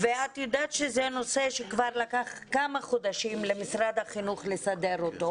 את יודעת שזה נושא שלקח כמה חודשים למשרד החינוך לסדר אותו